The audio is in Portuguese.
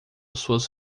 suas